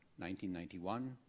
1991